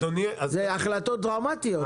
אלה החלטות דרמטיות,